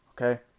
okay